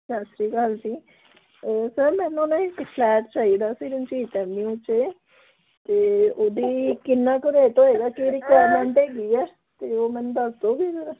ਸਤਿ ਸ਼੍ਰੀ ਅਕਾਲ ਜੀ ਸਰ ਮੈਨੂੰ ਨਾ ਇੱਕ ਫਲੈਟ ਚਾਹੀਦਾ ਸੀ ਰਣਜੀਤ ਐਵਨਿਊ 'ਚ ਤਾਂ ਉਹਦੀ ਕਿੰਨਾ ਕੁ ਰੇਟ ਹੋਏਗਾ ਕਿਹੜੀ ਹੈਗੀ ਆ ਤਾਂ ਉਹ ਮੈਨੂੰ ਦੱਸ ਦੋਗੇ ਜ਼ਰਾ